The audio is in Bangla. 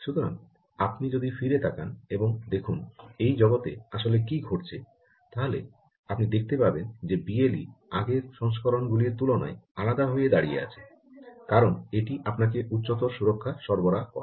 সুতরাং আপনি যদি ফিরে তাকান এবং দেখুন এই জগতে আসলে কী ঘটছে তাহলে আপনি দেখতে পাবেন যে বিএলই আগের সংস্করণগুলির তুলনায় আলাদা হয়ে দাঁড়িয়ে আছে কারণ এটি আপনাকে উচ্চতর সুরক্ষা সরবরাহ করে